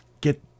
get